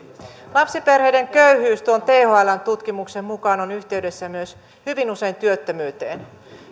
lapsiperheiden köyhyys tuon thln tutkimuksen mukaan on yhteydessä hyvin usein myös työttömyyteen